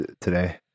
today